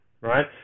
right